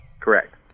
Correct